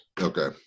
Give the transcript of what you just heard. okay